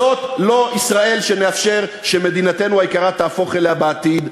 זאת לא ישראל שנאפשר שמדינתנו היקרה תהפוך אליה בעתיד.